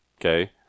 Okay